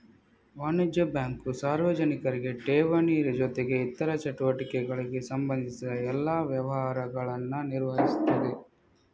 ವಾಣಿಜ್ಯ ಬ್ಯಾಂಕು ಸಾರ್ವಜನಿಕರಿಗೆ ಠೇವಣಿ ಜೊತೆಗೆ ಇತರ ಚಟುವಟಿಕೆಗಳಿಗೆ ಸಂಬಂಧಿಸಿದ ಎಲ್ಲಾ ವ್ಯವಹಾರಗಳನ್ನ ನಿರ್ವಹಿಸ್ತದೆ